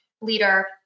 leader